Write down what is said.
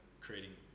creating